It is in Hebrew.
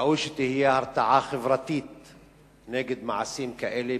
ראוי שתהיה הרתעה חברתית נגד מעשים כאלה,